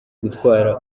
gutwara